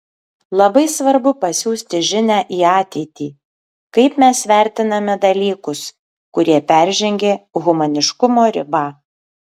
labai svarbu pasiųsti žinią į ateitį kaip mes vertiname dalykus kurie peržengė humaniškumo ribą